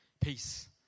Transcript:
peace